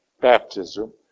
baptism